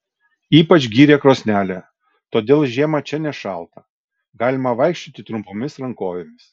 ypač gyrė krosnelę todėl žiemą čia nešalta galima vaikščioti trumpomis rankovėmis